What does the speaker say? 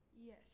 Yes